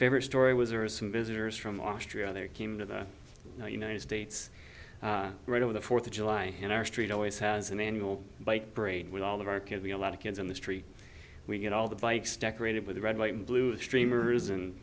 favorite story was are some visitors from austria there came to the united states right over the fourth of july in our street always has an annual bike brain with all of our kids be a lot of kids on the street we get all the bikes decorated with the red white and blue streamers and